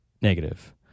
negative